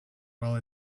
while